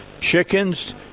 Chickens